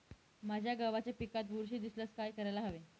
माझ्या गव्हाच्या पिकात बुरशी दिसल्यास काय करायला हवे?